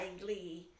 glee